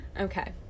okay